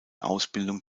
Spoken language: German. ausbildung